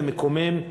זה מקומם,